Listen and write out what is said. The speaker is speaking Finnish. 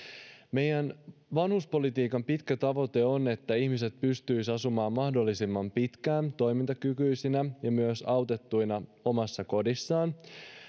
meidän vanhuspolitiikan pitkä tavoite on että ihmiset pystyisivät asumaan mahdollisimman pitkään toimintakykyisinä ja myös autettuina omassa kodissaan myös